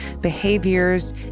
behaviors